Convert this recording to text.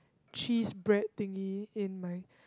cheese bread thingy in my